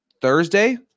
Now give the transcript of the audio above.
Thursday